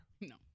No